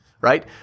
right